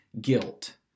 guilt